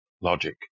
logic